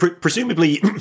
Presumably